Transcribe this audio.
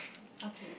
okay